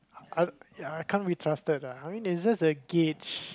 uh I can't be trusted ah I mean it's just a gauge